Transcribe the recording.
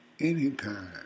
anytime